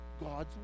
God's